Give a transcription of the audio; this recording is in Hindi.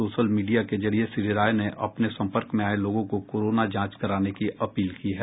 सोशल मीडिया के जरिये श्री राय ने अपने सम्पर्क में आये लोगों को कोरोना जांच कराने की अपील की है